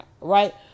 right